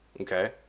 okay